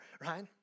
Right